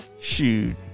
Shoot